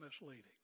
misleading